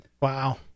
Wow